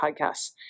podcasts